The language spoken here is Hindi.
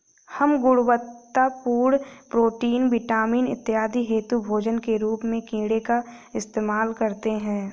हम गुणवत्तापूर्ण प्रोटीन, विटामिन इत्यादि हेतु भोजन के रूप में कीड़े का इस्तेमाल करते हैं